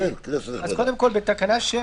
בתקנה 7